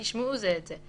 ישמעו זה את זה,